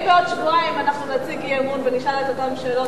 אם בעוד שבועיים אנחנו נציג אי-אמון ונשאל את אותן שאלות,